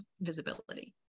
visibility